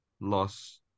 loss